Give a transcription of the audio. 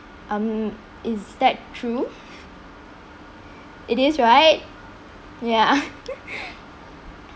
um is that true it is right ya